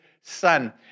son